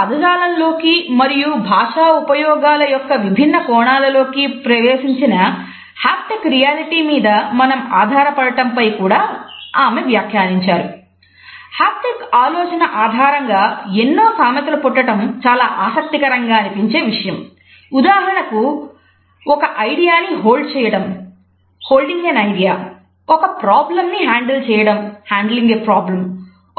మన పదజాలంలోకి మరియు భాషా ఉపయోగాల యొక్క విభిన్న కోణాల్లోకి ప్రవేశించిన హాప్టిక్ రియాలిటీ